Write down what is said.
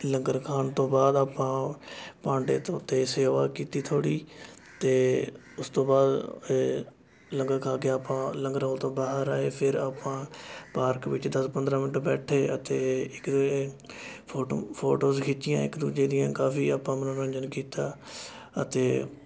ਲੰਗਰ ਖਾਣ ਤੋਂ ਬਾਅਦ ਆਪਾਂ ਭਾਂਡੇ ਧੋਤੇ ਸੇਵਾ ਕੀਤੀ ਥੋੜ੍ਹੀ ਅਤੇ ਉਸ ਤੋਂ ਬਾਅਦ ਏ ਲੰਗਰ ਖਾ ਕੇ ਆਪਾਂ ਲੰਗਰ ਹਾਲ ਤੋਂ ਬਾਹਰ ਆਏ ਫਿਰ ਆਪਾਂ ਪਾਰਕ ਵਿੱਚ ਦਸ ਪੰਦਰ੍ਹਾਂ ਮਿੰਟ ਬੈਠੇ ਇੱਥੇ ਇੱਕ ਫੋਟੋ ਫੋਟੋਜ਼ ਖਿੱਚੀਆਂ ਇੱਕ ਦੂਜੇ ਦੀਆਂ ਕਾਫੀ ਆਪਾਂ ਮੰਨੋਰੰਜਨ ਕੀਤਾ ਅਤੇ